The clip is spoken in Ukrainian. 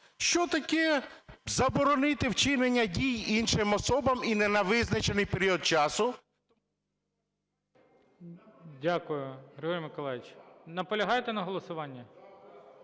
Що таке заборонити вчинення дій іншим особам і не на визначений період часу…? ГОЛОВУЮЧИЙ. Дякую. Григорій Миколайович, наполягаєте на голосуванні?